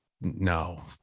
no